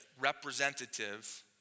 representative